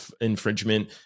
infringement